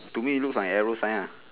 to me looks like arrow sign ah